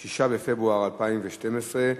6 בפברואר 2012,